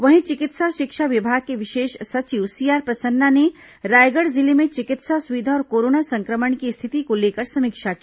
वहीं चिकित्सा शिक्षा विभाग के विशेष सचिव सीआर प्रसन्ना ने रायगढ़ जिले में चिकित्सा सुविधा और कोरोना संक्रमण की स्थिति को लेकर समीक्षा की